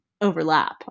overlap